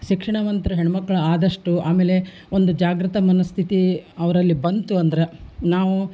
ಶಿಕ್ಷಣವಂತ್ರ್ ಹೆಣ್ಣುಮಕ್ಳು ಆದಷ್ಟು ಆಮೇಲೆ ಒಂದು ಜಾಗೃತ ಮನಸ್ಥಿತಿ ಅವರಲ್ಲಿ ಬಂತು ಅಂದ್ರೆ ನಾವು